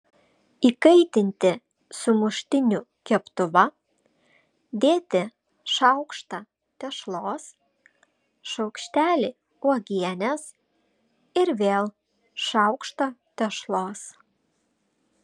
įkaitinti sumuštinių keptuvą dėti šaukštą tešlos šaukštelį uogienės ir vėl šaukštą tešlos